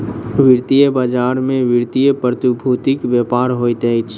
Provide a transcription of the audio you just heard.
वित्तीय बजार में वित्तीय प्रतिभूतिक व्यापार होइत अछि